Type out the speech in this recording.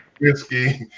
whiskey